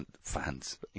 fans